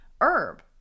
herb